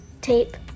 tape